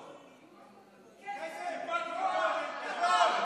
כסף, כוח, כבוד.